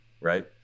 Right